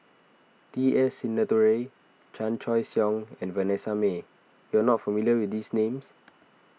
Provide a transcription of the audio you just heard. T S Sinnathuray Chan Choy Siong and Vanessa Mae you are not familiar with these names